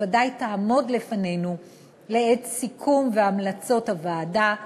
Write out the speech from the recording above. והיא בוודאי תעמוד לפנינו לעת סיכום והמלצות של הוועדה,